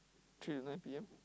three to nine P_M